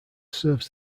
serves